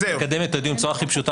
לקדם את הדיון בצורה הכי פשוטה,